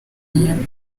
inyuma